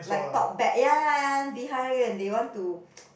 like talk bad ya ya ya behind you and they want to